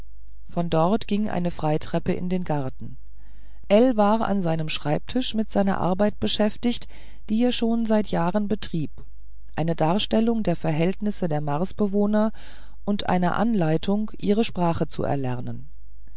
von dort ging eine freitreppe in den garten ell war an seinem schreibtisch mit einer arbeit beschäftigt die er schon seit jahren betrieb einer darstellung der verhältnisse der marsbewohner und einer anleitung ihre sprache zu erlernen